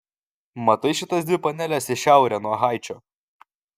matai šitas dvi paneles į šiaurę nuo haičio